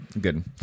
good